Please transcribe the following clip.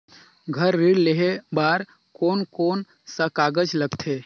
घर ऋण लेहे बार कोन कोन सा कागज लगथे?